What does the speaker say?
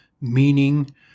meaning